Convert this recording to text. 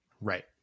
right